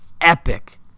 epic